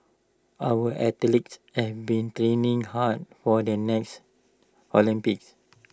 our athletes and been training hard for the next Olympics